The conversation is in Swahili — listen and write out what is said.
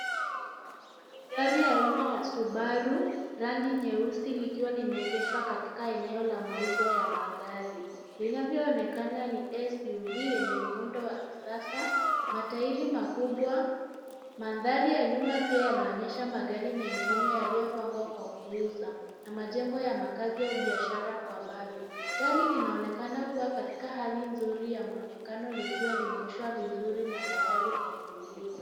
Ni gari aina ya Subaru, rangi nyeusi likiwa limeegeshwa katika eneo la mauzo ya magari. Linayvoonekana ni SUV yenye muundo wa kisasa, matairi makubwa. Mandhari ya nyuma pia yanaonyesha magari mengine yaliyopangwa kwa kuuza, na majengo ya makazi au biashara kwa mbali. Gari linaonekana kuwa katika hali nzuri ya muonekano likiwa limeoshwa vizuri na tayari kwa kuuzwa.